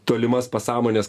tolimas pasąmonės